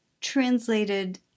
translated